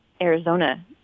Arizona